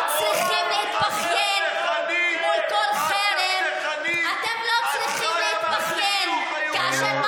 אבל הזמן הסתיים, תן לי שני משפטים, לסיים.